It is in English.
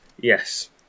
Yes